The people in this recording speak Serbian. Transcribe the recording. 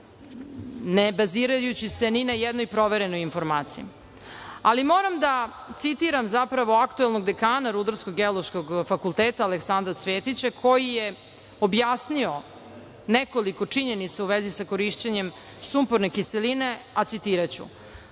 ne bazirajući se ni na jednoj proverenoj informaciji. Ali moram da citiram aktuelnog dekana Rudarsko-geološkog fakulteta Aleksandra Cvjetića, koji je objasnio nekoliko činjenica u vezi sa korišćenjem sumporne kiseline, a citiraću